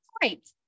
great